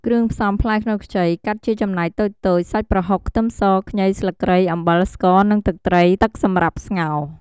គ្រឿងផ្សំ ផ្លែខ្នុរខ្ចី កាត់ជាចំណែកតូចៗ សាច់ប្រហុក ខ្ទឹមស ខ្ញី ស្លឹកគ្រៃ អំបិល ស្ករ និងទឹកត្រី ទឹកសម្រាប់ស្ងោរ។